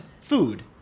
food